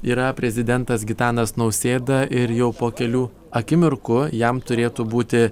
yra prezidentas gitanas nausėda ir jau po kelių akimirkų jam turėtų būti